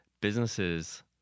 Businesses